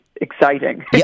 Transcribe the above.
exciting